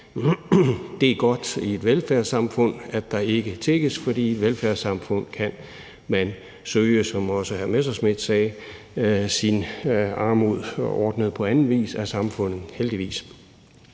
Det er godt i et velfærdssamfund, at der ikke tigges, for i et velfærdssamfund kan man søge, som også hr. Morten Messerschmidt sagde, og få sin armod ordnet på anden vis af samfundet, heldigvis.